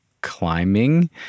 climbing